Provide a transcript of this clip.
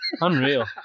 Unreal